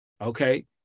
okay